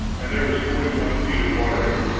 and there was forty-one feet of water in it.